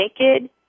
naked